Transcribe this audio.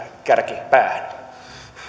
kärkipäähän